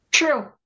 True